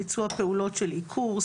ביצוע פעולות של עיקור,